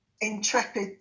Intrepid